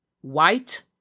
white